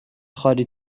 خالی